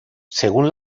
según